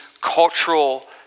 cultural